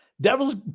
Devils